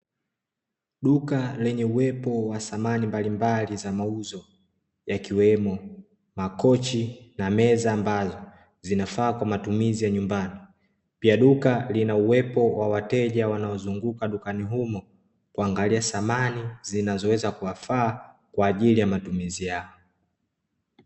Duka lenye uwepo wa samani mbalimbali za mauzo ya kiwemo makochi, na meza ambazo zina faa kwa matumizi ya nyumbani. Pia duka lina uwepo wa wateja wanao zunguka dukani humo kuangalia samani zinazo weza kuwafaa kwa ajili ya matumizi yao.